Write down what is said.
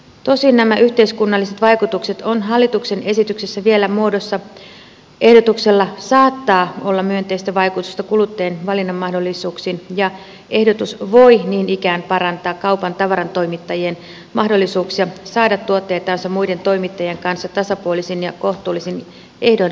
tosin nämä yhteiskunnalliset vaikutukset ovat hallituksen esityksessä vielä muodossa ehdotuksella saattaa olla myönteistä vaikutusta kuluttajien valinnanmahdollisuuksiin ja ehdotus voi niin ikään parantaa kaupan tavarantoimittajien mahdollisuuksia saada tuotteitansa muiden toimittajien kanssa tasapuolisin ja kohtuullisin ehdoin kaupan valikoimiin